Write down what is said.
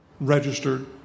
registered